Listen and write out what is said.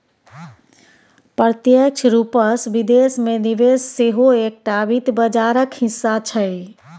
प्रत्यक्ष रूपसँ विदेश मे निवेश सेहो एकटा वित्त बाजारक हिस्सा छै